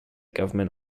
government